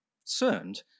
concerned